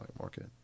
market